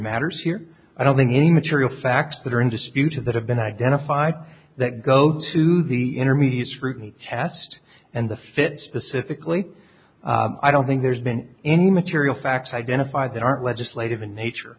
matters here i don't think any material facts that are in dispute that have been identified that go to the intermediate scrutiny chast and the fifth specifically i don't think there's been any material facts identified that aren't legislative in nature